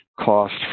cost